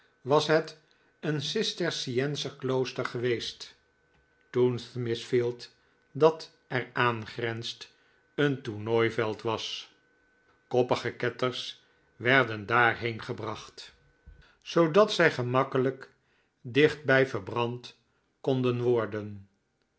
was het een cisterciencer klooster geweest toen smithfield dat er aan grenst een tournooiveld was koppige ketters werden daarheen gebracht zoodat zij geraakkelijk dichtbij verbrand konden worden